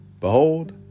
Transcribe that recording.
Behold